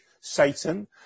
Satan